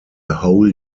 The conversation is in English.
whole